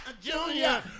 Junior